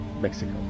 Mexico